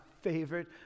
favorite